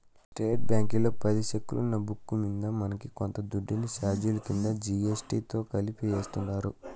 state బ్యాంకీలో పది సెక్కులున్న బుక్కు మింద మనకి కొంత దుడ్డుని సార్జిలు కింద జీ.ఎస్.టి తో కలిపి యాస్తుండారు